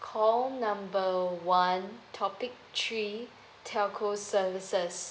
call number one topic three telco services